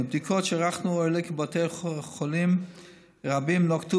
מבדיקות שערכנו עולה כי בתי חולים רבים נקטו